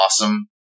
awesome